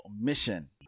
Mission